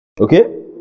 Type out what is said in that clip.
Okay